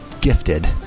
gifted